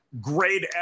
great